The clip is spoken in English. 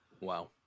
Wow